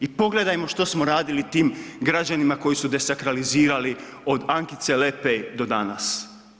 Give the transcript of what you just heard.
I pogledajmo što smo radili tim građanima koji su desakralizirali od Ankice Lepej do danas?